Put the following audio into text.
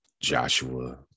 Joshua